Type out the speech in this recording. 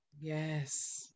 Yes